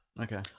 Okay